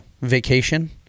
vacation